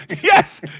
yes